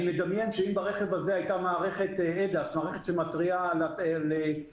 אני מדמיין שאם ברכב הזה הייתה מערכת שמתריעה על תאונה,